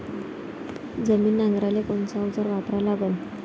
जमीन नांगराले कोनचं अवजार वापरा लागन?